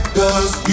cause